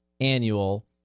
annual